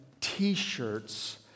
t-shirts